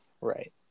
Right